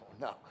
no